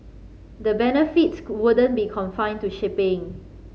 the benefits wouldn't be confined to shipping